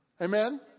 Amen